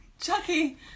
Chucky